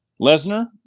Lesnar